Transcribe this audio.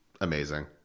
amazing